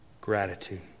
Gratitude